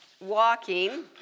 walking